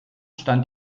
stand